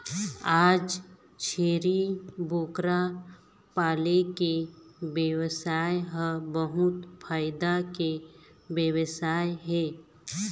आज छेरी बोकरा पाले के बेवसाय ह बहुत फायदा के बेवसाय हे